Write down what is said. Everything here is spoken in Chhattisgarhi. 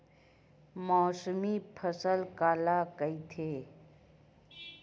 मौसमी फसल काला कइथे?